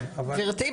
גברתי,